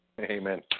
Amen